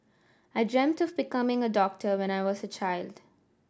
I dreamt of becoming a doctor when I was a child